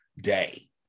day